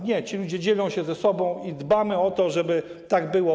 Nie, ci ludzie dzielą się ze sobą i dbamy o to, żeby tak było.